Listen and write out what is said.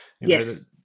Yes